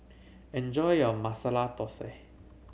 enjoy your Masala Thosai